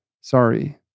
sorry